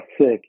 sick